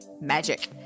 magic